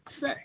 say